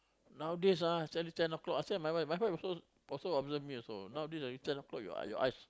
nowadays ah suddenly ten o-clock I say my wife my wife also also observe me also nowadays ten o-clock your eyes